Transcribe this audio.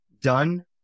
done